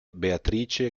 beatrice